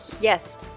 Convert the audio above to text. Yes